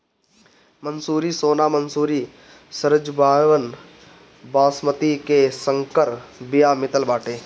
मंसूरी, सोना मंसूरी, सरजूबावन, बॉसमति के संकर बिया मितल बाटे